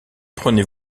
prenez